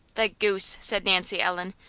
the goose! said nancy ellen.